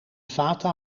fata